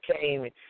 came